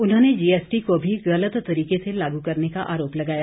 उन्होंने जीएसटी को भी गलत तरीके से लागू करने का आरोप लगाया